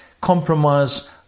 compromise